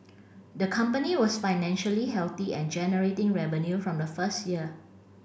the company was financially healthy and generating revenue from the first year